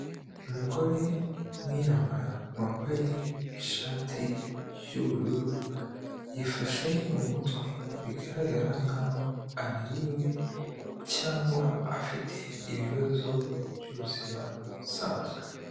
Umugore w'umwirabura wambaye ishati y'ubururu, yifashe mu mutwe bigaragara nkaho ananiwe, cyangwa afite ibibazo by'ubuzima busanzwe.